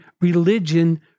Religion